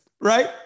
right